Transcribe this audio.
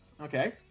okay